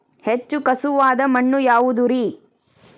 ಹೆಚ್ಚು ಖಸುವಾದ ಮಣ್ಣು ಯಾವುದು ರಿ?